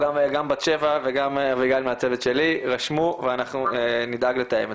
בוקר טוב גם למיקי וליובל לנדשפט שנמצאים איתנו פה ומכבדים אותנו